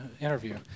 interview